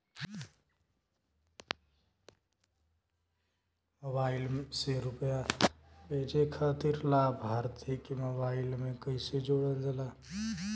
Mobile से रूपया भेजे खातिर लाभार्थी के मोबाइल मे कईसे जोड़ल जाला?